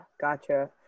gotcha